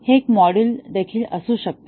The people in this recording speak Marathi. हे एक मॉड्यूल देखील असू शकते